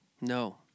No